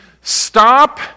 Stop